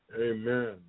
Amen